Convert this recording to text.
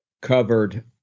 covered